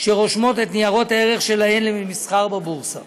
שרושמות את ניירות הערך שלהן למסחר בבורסה.